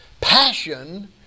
passion